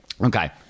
Okay